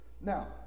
Now